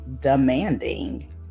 demanding